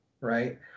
right